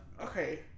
okay